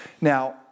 Now